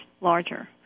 larger